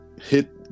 hit